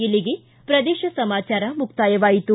ಇಲ್ಲಿಗೆ ಪ್ರದೇಶ ಸಮಾಚಾರ ಮುಕ್ತಾಯವಾಯಿತು